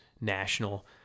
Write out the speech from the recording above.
national